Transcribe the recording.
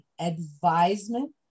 advisement